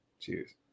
cheers